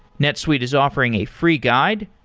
netsuite is offering a free guide,